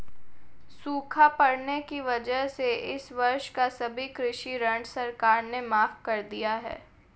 सूखा पड़ने की वजह से इस वर्ष का सभी कृषि ऋण सरकार ने माफ़ कर दिया है